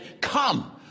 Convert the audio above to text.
come